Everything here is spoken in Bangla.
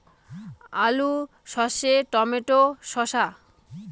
আলু সর্ষে টমেটো শসা